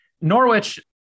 Norwich